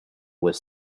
was